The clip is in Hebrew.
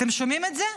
אתם שומעים את זה?